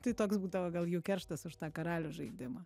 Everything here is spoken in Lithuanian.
tai toks būdavo gal jų kerštas už tą karalių žaidimą